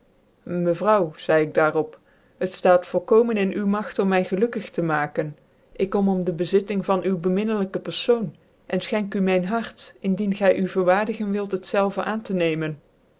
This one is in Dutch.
mevrouw zeide ik daarop het ftaat volkomen in u magt om my gelukkig to maken ik kom om de bezitting van u mijn hart indien gy u verwaardigen wilt het zelve aan te nemen